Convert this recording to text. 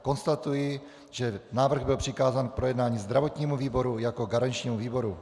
Konstatuji, že návrh byl přikázán k projednání zdravotnímu výboru jako garančnímu výboru.